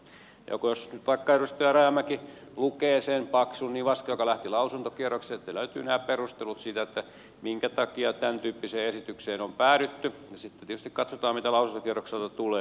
jos nyt vaikka edustaja rajamäki lukee sen paksun nivaskan joka lähti lausuntokierrokselle sieltä löytyvät nämä perustelut minkä takia tämäntyyppiseen esitykseen on päädytty ja sitten tietysti katsotaan mitä lausuntokierrokselta tulee